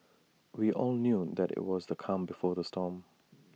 we all knew that IT was the calm before the storm